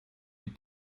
die